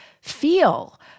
feel